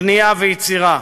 בנייה ויצירה.